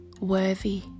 worthy